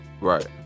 right